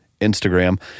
Instagram